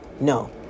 no